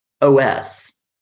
OS